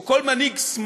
או כל מנהיג שמאל,